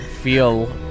feel